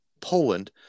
Poland